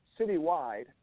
citywide